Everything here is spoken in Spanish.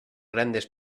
grandes